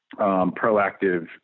proactive